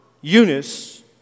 Eunice